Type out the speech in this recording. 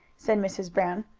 said mrs. brown.